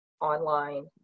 online